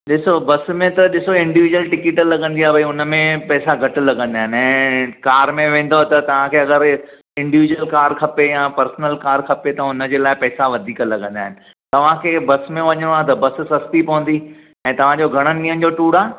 ॾिसो बस में त ॾिसो इंडिवीजुअल टिकिट लॻंदी आहे वरी हुन में पैसा घटि लॻंदा आहिनि ऐं कार में वेंदव त तव्हां खे असां भई इंडिवीजुअल कार खपे या पर्सनल कार खपे त हुन जे लाइ पैसा वधीक लॻंदा आहिनि तव्हांखे बस में वञिणो आहे त बस सस्ती पवंदी ऐं तव्हांजो घणनि ॾींहंन जो टूर आहे